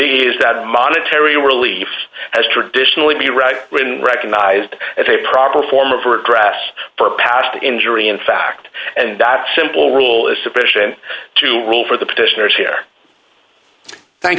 is that a monetary relief has traditionally be right when recognized as a proper form of or a crash for past injury in fact and that simple rule is sufficient to rule for the petitioners here thank